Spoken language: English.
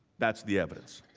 that's the evidence.